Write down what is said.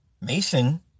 Mason